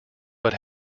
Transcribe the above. but